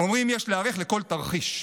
אומרים שיש להיערך לכל תרחיש.